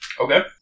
Okay